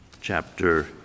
chapter